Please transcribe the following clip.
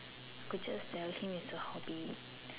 could just tell him it's a hobby